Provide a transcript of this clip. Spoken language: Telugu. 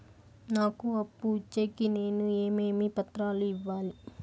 నాకు అప్పు ఇచ్చేకి నేను ఏమేమి పత్రాలు ఇవ్వాలి